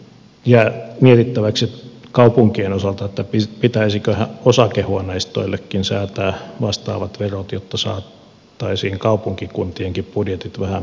jää mietittäväksi kaupunkien osalta pitäisiköhän osakehuoneistoillekin säätää vastaavat verot jotta saataisiin kaupunkikuntienkin budjetit vähän paremmalle tolalle